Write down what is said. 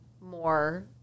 more